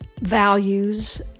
values